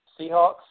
Seahawks